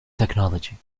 technology